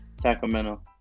Sacramento